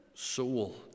Soul